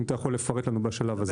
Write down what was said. אם אתה יכול לפרט לנו בשלב הזה.